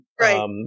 right